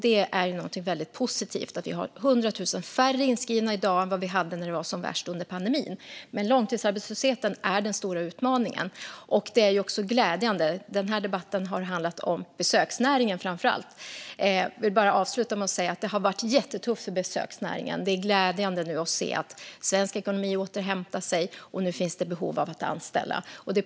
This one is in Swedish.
Det är väldigt positivt att vi har 100 000 färre inskrivna i dag än vi hade när det var som värst under pandemin. Men långtidsarbetslösheten är den stora utmaningen. Den här debatten har framför allt handlat om besöksnäringen, som har haft det jättetufft. Det är nu glädjande att se att svensk ekonomi återhämtar sig och att det finns behov av att anställa.